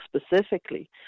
specifically